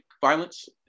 violence